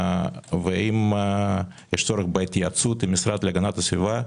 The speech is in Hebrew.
ואם יש לו התייעצות עם המשרד להגנת הסביבה,